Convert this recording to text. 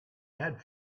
had